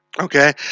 Okay